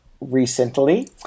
recently